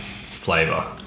flavor